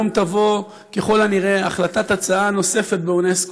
היום תבוא ככל הנראה החלטת הצעה נוספת באונסק"ו,